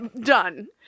Done